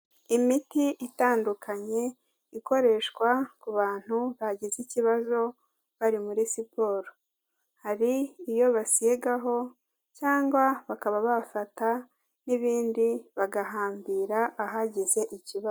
Imiti itandukanye ikoreshwa ku bantu bagize ikibazo bari muri siporo, hari iyo basigaho cyangwa bakaba bafata n'ibindi bagahambira ahagize ikibazo.